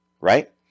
Right